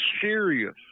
serious